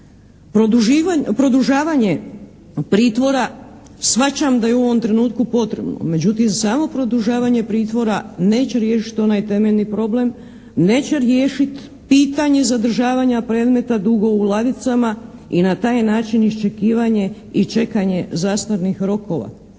Produžavanje pritvora shvaćam da je u ovom trenutku potrebno, međutim samo produžavanje pritvora neće riješiti onaj temeljni problem, neće riješiti pitanje zadržavanja predmeta dugo u ladicama i na taj način iščekivanje i čekanje zastarnih rokova.